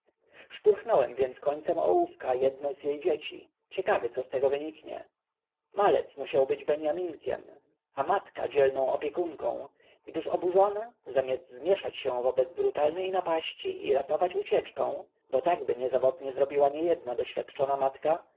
szturchnąłem więc końcem ołówka jedno z jej dzieci ciekawy co z tego wyniknie malec musiał być beniaminkiem a matka dzielną opiekunką gdyż oburzona zamiast zmieszać się wobec brutalnej napaści i ratować ucieczką bo takby niezawodnie zrobiła niejedna doświadczeńsza matka nasrożona podbiegła do